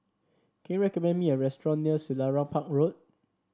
can you recommend me a restaurant near Selarang Park Road